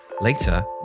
later